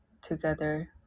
together